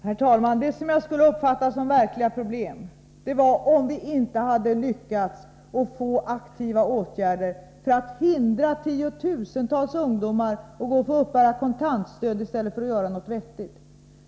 Herr talman! Det som jag skulle uppfatta som ett verkligt problem vore om vi inte hade lyckats få till stånd aktiva åtgärder för att hindra tiotusentals ungdomar att uppbära kontantstöd i stället för att göra något vettigt.